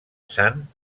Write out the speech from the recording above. sant